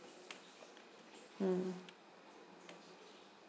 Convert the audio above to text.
mm